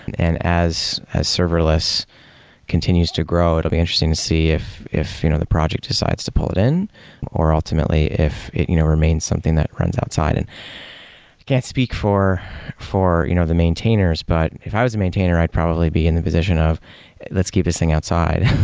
and as as serverless continues to grow, it'll be interesting to see if if you know the project decides to pull it in or ultimately if it you know remains something that runs outside. i and can't speak for for you know the maintainers, but if i was maintainer, i'd probably be in the position of let's keep this thing outside,